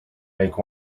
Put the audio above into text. make